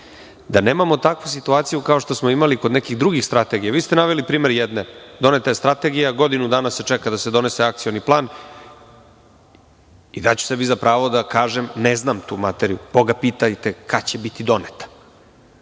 Da nemamo takvu situaciju kao što smo imali kod nekih drugih strategija, vi ste naveli primer jedne. Doneta je strategija. Godinu dana se čeka da se donese akcioni plan. Daću sebi za pravo da kažem – ne znam tu materiju. Boga pitajte kad će biti doneta.